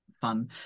fun